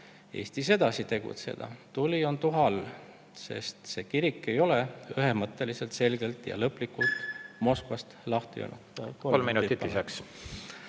Eestis edasi tegutseda. Tuli on tuha all, sest see kirik ei ole ühemõtteliselt, selgelt ja lõplikult Moskvast lahti öelnud.